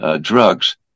Drugs